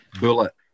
bullet